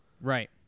Right